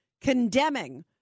condemning